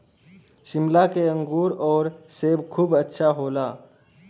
शिमला के अंगूर आउर सेब खूब अच्छा होला